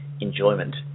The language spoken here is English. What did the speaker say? enjoyment